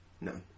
No